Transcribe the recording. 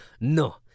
No